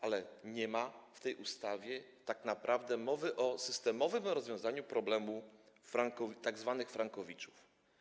Ale nie ma w tej ustawie tak naprawdę mowy o systemowym rozwiązaniu problemu tzw. frankowiczów.